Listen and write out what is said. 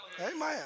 Amen